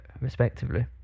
respectively